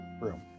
room